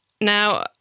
Now